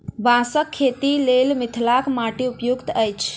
बाँसक खेतीक लेल मिथिलाक माटि उपयुक्त अछि